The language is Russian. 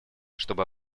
чтобы